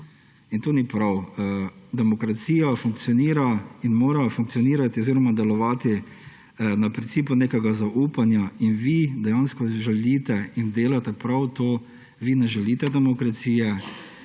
In to ni prav. Demokracija funkcionira in mora funkcionirati oziroma delovati na principu nekega zaupanja in vi dejansko želite in delate prav to. Vi ne želite demokracije